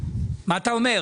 מה אתה אומר?